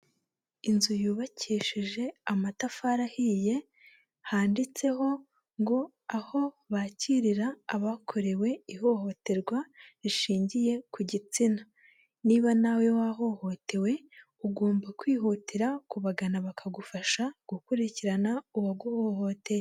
Inzu yubakishijeje amatafari ahiye, handitseho ngo "aho bakirira abakorewe ihohoterwa rishingiye ku gitsina". Niba nawe wahohotewe, ugomba kwihutira kubagana bakagufasha gukurikirana uwaguhohoteye.